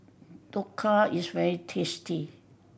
dhokla is very tasty